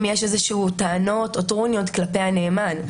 יש איזה שהן טענות או טרוניות כלפי הנאמן.